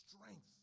strength